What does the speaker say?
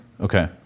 Okay